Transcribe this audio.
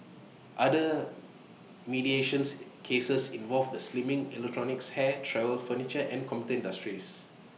other mediation's cases involved the slimming electronics hair travel furniture and computer industries